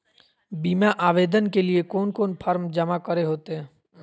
बीमा आवेदन के लिए कोन कोन फॉर्म जमा करें होते